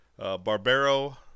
Barbero